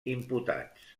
imputats